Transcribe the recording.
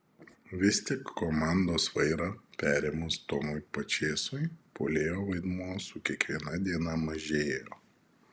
vis tik komandos vairą perėmus tomui pačėsui puolėjo vaidmuo su kiekviena diena mažėjo